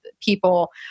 people